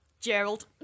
Gerald